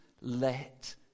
let